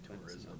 tourism